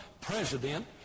president